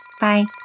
Bye